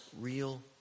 real